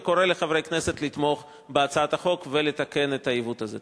וקורא לחברי כנסת לתמוך בהצעת החוק ולתקן את העיוות הזה.